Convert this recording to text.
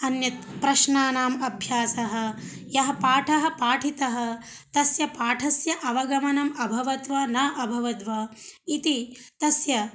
अन्यत् प्रश्नानाम् अभ्यासः यः पाठः पाठितः तस्य पाठस्य अवगमनम् अभवत् वा न अभवद्वा इति तस्य